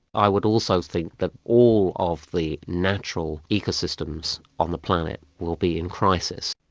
i would also think that all of the natural ecosystems on the planet will be in crisis.